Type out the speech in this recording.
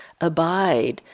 abide